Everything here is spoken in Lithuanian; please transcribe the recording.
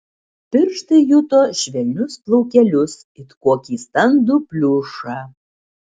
pirštai juto švelnius plaukelius it kokį standų pliušą